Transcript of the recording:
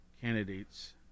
candidates